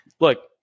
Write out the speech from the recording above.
look